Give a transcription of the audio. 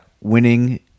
winning